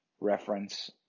reference